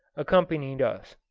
accompanied us.